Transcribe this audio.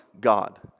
God